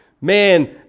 Man